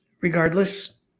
Regardless